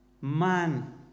man